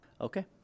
Okay